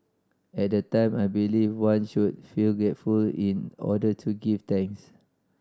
at the time I believed one should feel grateful in order to give thanks